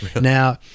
now